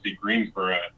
Greensboro